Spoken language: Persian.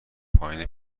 پایین